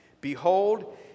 Behold